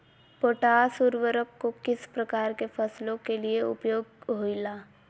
Potash उर्वरक को किस प्रकार के फसलों के लिए उपयोग होईला?